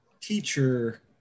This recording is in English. teacher